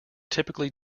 typically